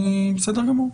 בסדר גמור.